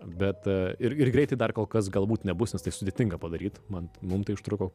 bet ir ir greitai dar kol kas galbūt nebus nes tai sudėtinga padaryt man mum tai užtruko